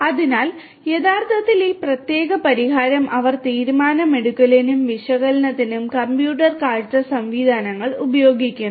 അതിനാൽ യഥാർത്ഥത്തിൽ ഈ പ്രത്യേക പരിഹാരം അവർ തീരുമാനമെടുക്കലിനും വിശകലനത്തിനും കമ്പ്യൂട്ടർ കാഴ്ച സംവിധാനങ്ങൾ ഉപയോഗിക്കുന്നു